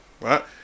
right